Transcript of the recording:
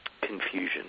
confusion